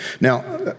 Now